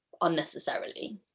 unnecessarily